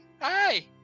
Hi